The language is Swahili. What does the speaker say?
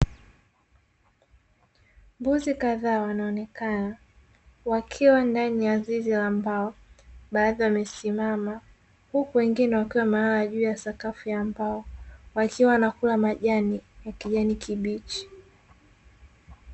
Mbuzi kadhaa wanaonekana wakiwa ndani ya zizi la mbao, baadhi wamesimama huku wengine wamelala juu ya sakafu ya mbao. Wakiwa wanakula majani ya kijani kibichi.